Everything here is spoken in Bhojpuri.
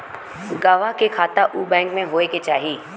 गवाह के खाता उ बैंक में होए के चाही